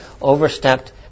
overstepped